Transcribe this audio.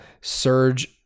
surge